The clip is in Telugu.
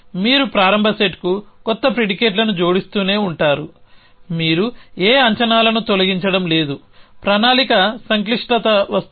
మీరు ప్రారంభ సెట్కు కొత్త ప్రిడికేట్లను జోడిస్తూనే ఉంటారు మీరు ఏ అంచనాలను తొలగించడం లేదు ప్రణాళిక సంక్లిష్టత వస్తుంది